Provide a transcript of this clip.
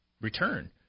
return